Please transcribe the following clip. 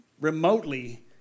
remotely